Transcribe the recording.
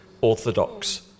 orthodox